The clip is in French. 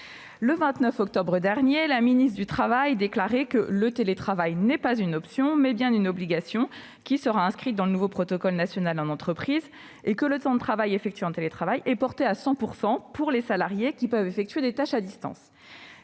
le 29 octobre dernier, la ministre du travail déclarait que le télétravail était, non pas « une option », mais bien une « obligation » qui serait « inscrite dans le nouveau protocole national en entreprise » et que « le temps de travail effectué en télétravail » était « porté à 100 % pour les salariés qui peuvent effectuer leurs tâches à distance